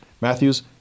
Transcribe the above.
Matthew's